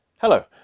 Hello